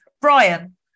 Brian